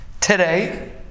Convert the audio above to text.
Today